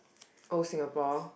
oh Singapore